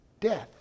death